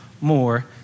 more